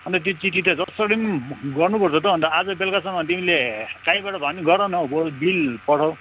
अनि त त्यो चिट्ठी त जसरी पनि गर्नुपर्छ त हौ अनि त आज बेलुकासम्म तिमीले कहीँबाट भए नि गर न हौ बरु बिल पठाऊ